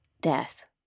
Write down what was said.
death